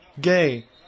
Gay